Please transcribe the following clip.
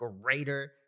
greater